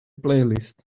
playlist